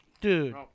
Dude